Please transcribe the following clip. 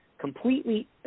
completely